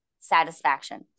satisfaction